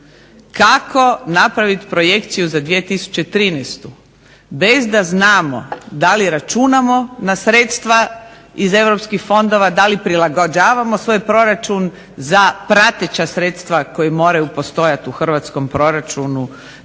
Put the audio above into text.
kako napraviti projekciju za 2013., bez da znamo da li računamo na sredstva iz europskih fondova, da li prilagođavamo svoj proračun za prateća sredstva koji moraju postojati u hrvatskom proračunu